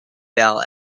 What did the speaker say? bell